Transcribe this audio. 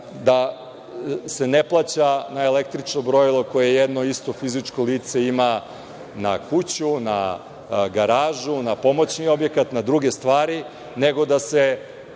da se ne plaća na električno brojilo koje jedno isto fizičko lice ima na kuću, na garažu, na pomoćni objekat, na druge stvari, nego da se